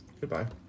Goodbye